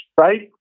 right